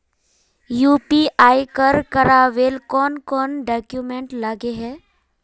UPI कर करावेल कौन कौन डॉक्यूमेंट लगे है?